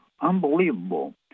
Unbelievable